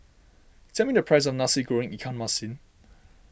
tell me the price of Nasi Goreng Ikan Masin